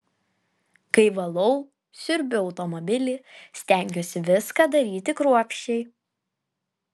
kai valau siurbiu automobilį stengiuosi viską daryti kruopščiai